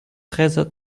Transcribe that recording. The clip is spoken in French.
treize